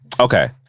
Okay